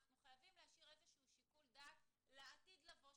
אנחנו חייבים להשאיר איזשהו שיקול דעת לעתיד לבוא,